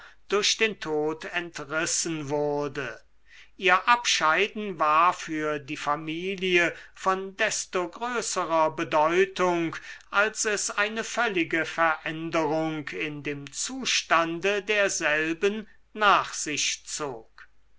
durch den tod entrissen wurde ihr abscheiden war für die familie von desto größerer bedeutung als es eine völlige veränderung in dem zustande derselben nach sich zog